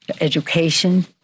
education